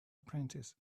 apprentice